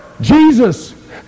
Jesus